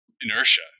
inertia